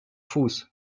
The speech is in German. fuß